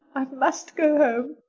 i must go